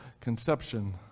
conception